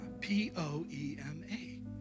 p-o-e-m-a